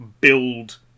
build